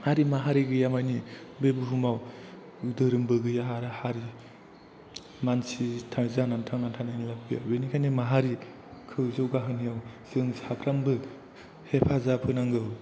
हारि माहारि गैयामाने बे बुहुमाव धोरोमबो गैया हारि मानसि थार जानानै थांनानै थानानै लाब गैया बेनिखायनो माहारिखौ जौगाहोनायाव जों साफ्रामबो हेफाजाब होनांगौ